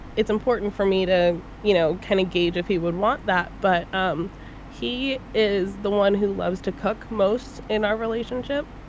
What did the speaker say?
it's important for me to, you know, kind of gauge if he would want that. but um he is the one who loves to cook most in our relationship.